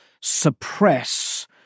suppress